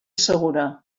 segura